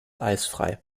eisfrei